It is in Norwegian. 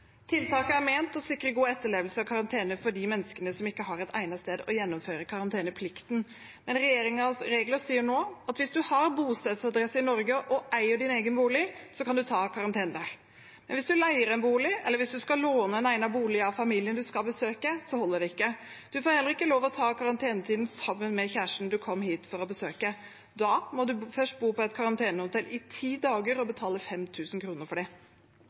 Tiltaket er ment å sikre god etterlevelse av karantene for de menneskene som ikke har et egnet sted å gjennomføre karanteneplikten. Regjeringens regler sier nå at hvis du har bostedsadresse i Norge og eier din egen bolig, kan du ta karantenen der. Men hvis du leier en bolig, eller hvis du skal låne en egnet bolig av familien du skal besøke, holder det ikke. Du får heller ikke lov til å ta karantenetiden sammen med kjæresten du kom hit for å besøke. Da må du først bo på et karantenehotell i ti dager og betale 5 000 kr for det.